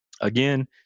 Again